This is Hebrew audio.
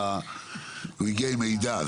פשוט הוא הגיע עם הרבה מידע.